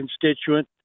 constituent